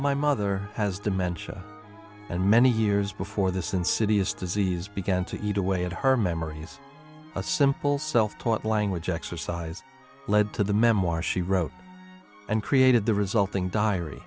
my mother has dementia and many years before this insidious disease began to eat away at her memory as a simple self taught language exercise led to the memoir she wrote and created the resulting diary